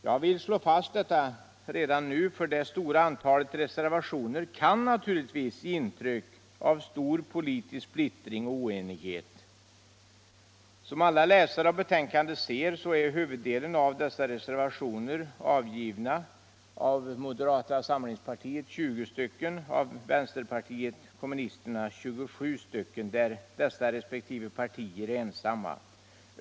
Jag vill slå fast detta redan nu, för det stora antalet reservationer kan naturligtvis ge intryck av stor politisk splittring och oenighet. Som alla läsare av betänkandet ser är huvuddelen av dessa reservationer avgivna av moderata samlingspartiet, 20 reservationer, och vänsterpartiet kommunisterna, 27 reservationer, där dessa resp. partier är ensamma.